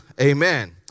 Amen